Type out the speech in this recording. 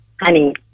honey